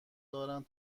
دارم